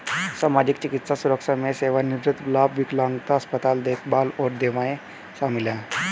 सामाजिक, चिकित्सा सुरक्षा में सेवानिवृत्ति लाभ, विकलांगता, अस्पताल देखभाल और दवाएं शामिल हैं